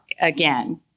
again